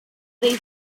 these